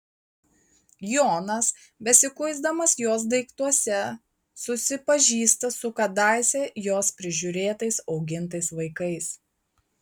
jonas besikuisdamas jos daiktuose susipažįsta su kadaise jos prižiūrėtais augintais vaikais